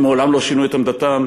הם מעולם לא שינו את עמדתם,